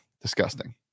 disgusting